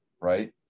right